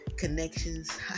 connections